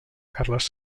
carles